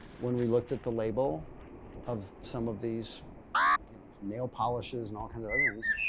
when we looked at the label of some of these you know nail polishes and all kind of other things,